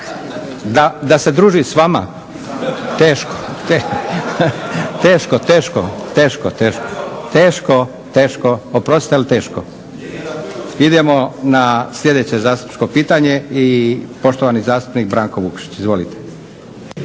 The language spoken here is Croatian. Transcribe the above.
Da se družim s vama? Teško, teško. Oprostite, ali teško. Idemo na sljedeće zastupničko pitanje i poštovani zastupnik Branko Vukšić. Izvolite.